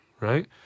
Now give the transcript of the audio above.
Right